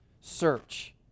search